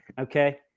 okay